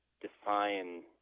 define